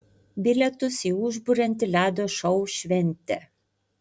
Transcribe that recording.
bilietus į užburiantį ledo šou šventė